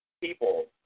people